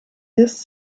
this